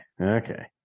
Okay